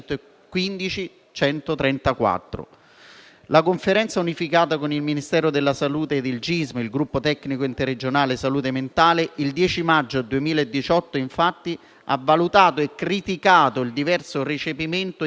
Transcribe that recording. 2015. La Conferenza unificata con il Ministero della salute e il GISM (Gruppo tecnico interregionale salute mentale) il 10 maggio 2018 ha infatti valutato e criticato il diverso recepimento, implementazione